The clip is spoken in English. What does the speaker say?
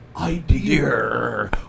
idea